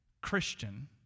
Christian